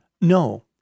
No